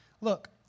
Look